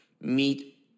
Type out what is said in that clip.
meet